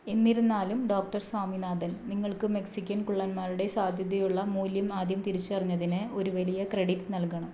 എന്നിരുന്നാലും ഡോ സ്വാമിനാഥൻ നിങ്ങൾക്ക് മെക്സിക്കൻ കുള്ളന്മാരുടെ സാധ്യതയുള്ള മൂല്യം ആദ്യം തിരിച്ചറിഞ്ഞതിന് ഒരു വലിയ ക്രെഡിറ്റ് നൽകണം